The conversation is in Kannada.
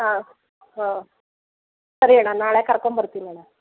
ಹಾಂ ಹಾಂ ಸರಿ ಅಣ್ಣ ನಾಳೆ ಕರ್ಕೊಂಬರ್ತಿನಿ ಅಣ್ಣ